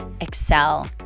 excel